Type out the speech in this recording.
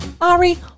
Ari